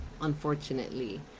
unfortunately